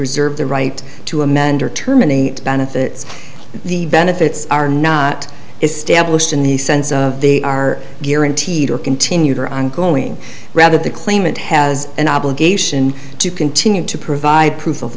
reserve the right to amend or terminate benefits the benefits are not established in the sense of they are guaranteed or continued or ongoing rather the claimant has an obligation to continue to provide proof of